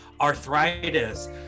arthritis